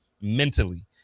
mentally